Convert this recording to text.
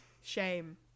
shame